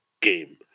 game